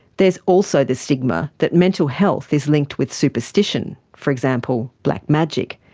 there's also the stigma that mental health is linked with superstition, for example black magic.